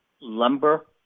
Lumber